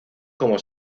como